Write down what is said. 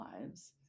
lives